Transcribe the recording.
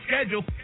schedule